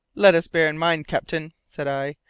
let us bear in mind, captain, said i,